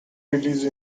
release